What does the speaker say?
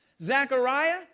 Zechariah